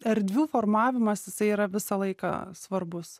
erdvių formavimas jisai yra visą laiką svarbus